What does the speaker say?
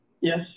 Yes